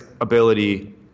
ability